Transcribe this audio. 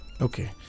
Okay